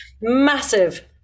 Massive